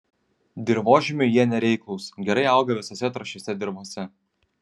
dirvožemiui jie nereiklūs gerai auga visose trąšiose dirvose